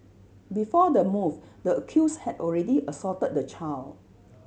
before the move the accused had already assaulted the child